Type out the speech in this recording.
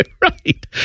Right